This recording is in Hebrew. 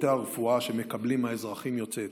הרפואה שמקבלים האזרחים יוצאי אתיופיה,